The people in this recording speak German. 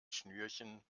schnürchen